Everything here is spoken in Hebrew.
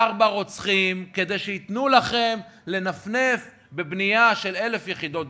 רוצחים כדי שייתנו לכם לנפנף בבנייה של 1,000 יחידות דיור.